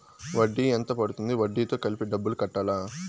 వడ్డీ ఎంత పడ్తుంది? వడ్డీ తో కలిపి డబ్బులు కట్టాలా?